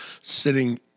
sitting